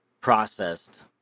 processed